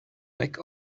back